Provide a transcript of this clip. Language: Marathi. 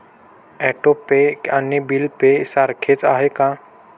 ऑटो पे आणि बिल पे सारखेच आहे का?